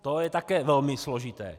To je také velmi složité.